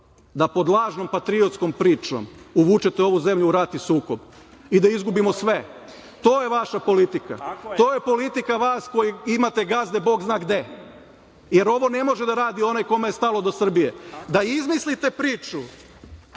da pod lažnom patriotskom pričom uvučete ovu zemlju u rat i sukob i da izgubimo sve. To je vaša politika, to je politika vas koji imate gazde bog zna gde, jer ovo ne može da radi onaj kome je stalo do Srbije, da izmislite priču